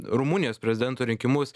rumunijos prezidento rinkimus